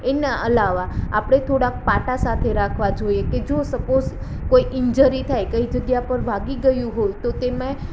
એના અલાવા આપણે થોડાંક પાટા સાથે રાખવાં જોઈએ કે જો સપોસ કોઈ ઇન્જરી થાય કોઈ જગ્યા પર વાગી ગયું હોય તો તેમાંય